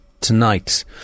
tonight